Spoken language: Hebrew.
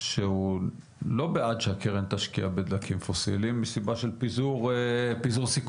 שהוא לא בעד שהקרן תשקיע בדלקים פוסיליים מסיבה של פיזור סיכונים.